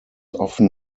often